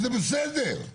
זה בסדר.